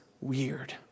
weird